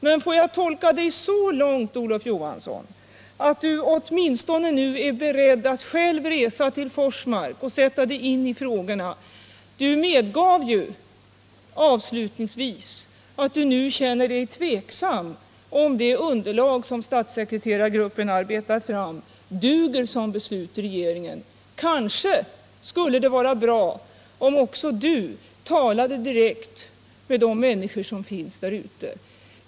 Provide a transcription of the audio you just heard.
Men får jag tolka dig så långt, Olof Johansson, att du åtminstone nu är redo att själv resa till Forsmark och sätta dig in i frågorna? Du medgav ju avslutningsvis att du nu är tveksam, om det underlag som statssekreterargruppen hittills arbetat fram duger som beslutsunderlag i regeringen. Du skulle behöva tala direkt med de människor som finns i Forsmark och i kommunen.